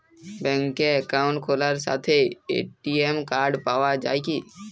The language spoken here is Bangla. ব্যাঙ্কে অ্যাকাউন্ট খোলার সাথেই এ.টি.এম কার্ড পাওয়া যায় কি?